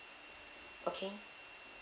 okay